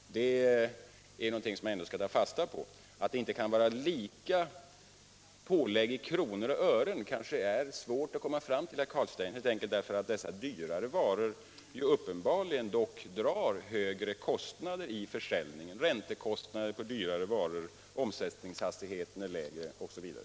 Det är något som man ändå skall ta fasta på. Lika stora pålägg i kronor och ören är det kanske svårt att komma fram till, herr Carlstein, eftersom dyrare varor uppenbarligen drar högre försäljningskostnader i form av större räntor, lägre omsättningshastighet osv.